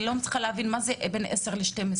ואני לא מצליחה להבין מה זה בין 10 ל-12.